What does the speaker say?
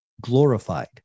glorified